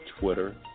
Twitter